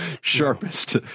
sharpest